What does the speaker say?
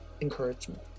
encouragement